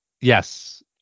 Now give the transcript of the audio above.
Yes